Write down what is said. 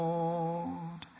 Lord